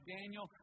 Daniel